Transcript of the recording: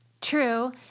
True